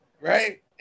Right